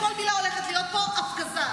כל מילה הולכת להיות פה הפגזה,